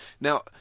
Now